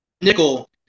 nickel